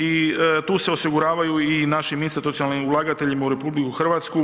I tu se osiguravaju i naši institucionalni ulagatelji u RH.